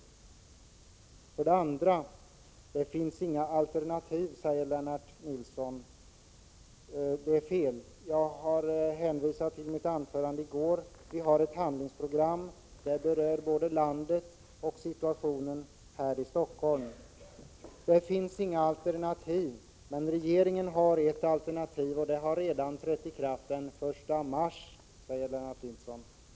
Lennart Nilsson säger också att det inte finns några borgerliga alternativ. Det är fel. Jag har hänvisat till mitt anförande i går. Vi har tagit fram ett handlingsprogram som tar upp situationen både i Stockholm och i landet i övrigt. Regeringen har ett alternativ, och det har redan trätt i kraft den 1 mars, säger Lennart Nilsson.